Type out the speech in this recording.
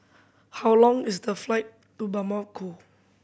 how long is the flight to Bamako